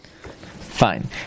Fine